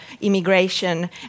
immigration